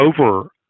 over